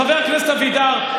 חבר הכנסת אבידר,